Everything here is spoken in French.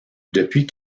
depuis